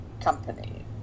company